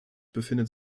befindet